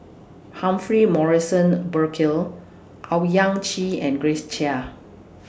Humphrey Morrison Burkill Owyang Chi and Grace Chia